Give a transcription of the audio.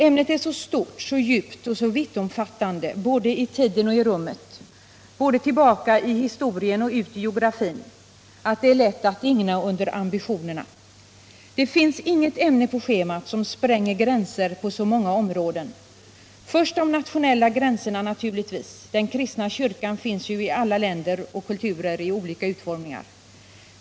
Ämnet är så stort, så djupt och så vittomfattande både i tiden och i rummet, både tillbaka i historien och ut i geografin att det är lätt att digna under ambitionerna. Det finns inget ämne på schemat som spränger gränser på så många områden som detta ämne gör. Först de nationella gränserna naturligtvis — den kristna kyrkan finns ju i alla länder och kulturer i olika utformningar.